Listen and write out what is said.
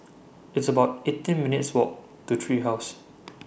It's about eighteen minutes' Walk to Tree House